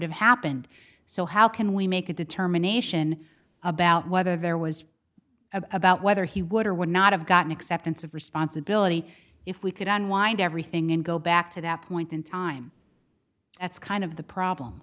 have happened so how can we make a determination about whether there was about whether he would or would not have gotten acceptance of responsibility if we could unwind everything and go back to that point in time that's kind of the problem